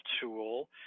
tool